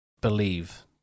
believe